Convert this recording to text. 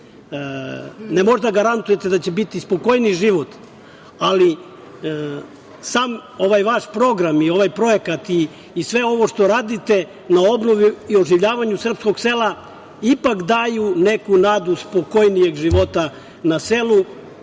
da garantujete da će biti spokojniji život, ali sam ovaj vaš program i ovaj projekat i sve ovo što radite na obnovi i oživljavanju srpskog sela ipak daju neku nadu spokojnijeg života na selu,